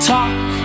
Talk